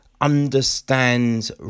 understands